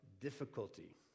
difficulty